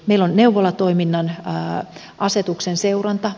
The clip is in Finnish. meillä on neuvolatoiminnan asetuksen seuranta